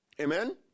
Amen